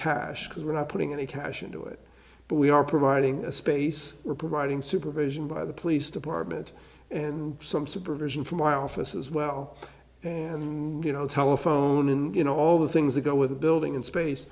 cash because we're not putting any cash into it but we are providing a space we're providing supervision by the police department and some supervision from my office as well and you know telephone and you know all the things that go with a building in space